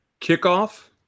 Kickoff